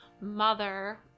mother